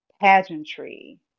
pageantry